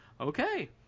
okay